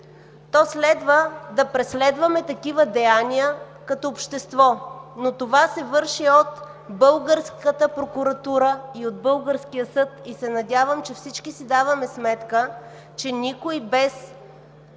то следва да преследваме такива деяния като общество, но това се върши от българската прокуратура и от българския съд. Надявам се, че всички си даваме сметка, че никой без